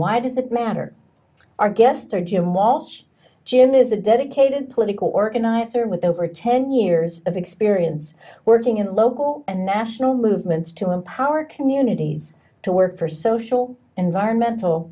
why does it matter our guests are jim walsh jim is a dedicated political organizer with over ten years of experience working in local and national movements to empower communities to work for social environmental